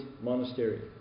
monastery